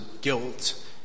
guilt